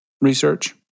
research